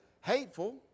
hateful